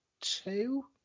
two